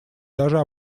даже